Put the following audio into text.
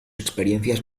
experiencias